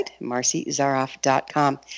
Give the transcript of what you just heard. MarcyZaroff.com